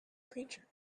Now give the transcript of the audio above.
creature